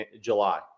July